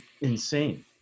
insane